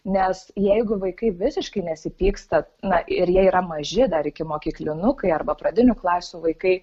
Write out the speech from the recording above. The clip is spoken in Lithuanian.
nes jeigu vaikai visiškai nesipyksta na ir jie yra maži dar ikimokyklinukai arba pradinių klasių vaikai